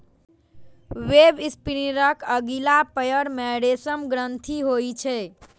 वेबस्पिनरक अगिला पयर मे रेशम ग्रंथि होइ छै